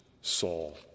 Saul